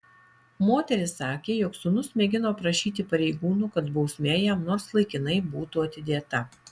moteris sakė jog sūnus mėgino prašyti pareigūnų kad bausmė jam nors laikinai būtų atidėta